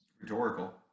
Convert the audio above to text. Rhetorical